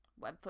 Webfoot